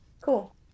Cool